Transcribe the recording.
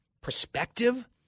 perspective